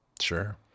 Sure